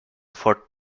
for